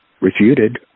refuted